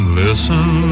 listen